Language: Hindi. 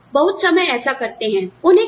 छात्र बहुत समय ऐसा करते हैं